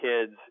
kids